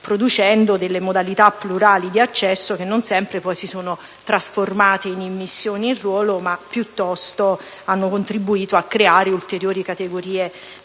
producendo delle modalità plurali di accesso che non sempre si sono trasformate in immissioni in ruolo, ma piuttosto hanno contribuito a creare ulteriori categorie di